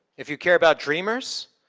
if you care about dreamers,